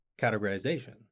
categorization